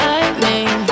Lightning